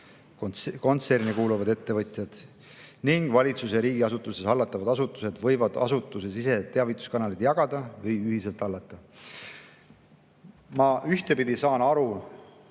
kontserni kuuluvad ettevõtjad ning valitsus- ja riigiasutuste hallatavad asutused võivad asutusesiseseid teavituskanaleid jagada või ühiselt hallata." Ma ühtepidi saan